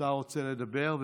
רוצה לדבר?